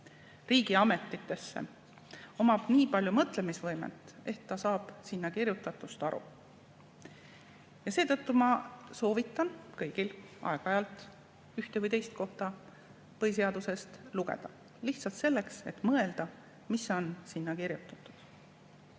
riigiametisse, omab nii palju mõtlemisvõimet, et ta saab sinna kirjutatust aru. Seetõttu ma soovitan kõigil aeg-ajalt ühte või teist kohta põhiseaduses lugeda, lihtsalt selleks, et mõelda, mis on sinna kirjutatud,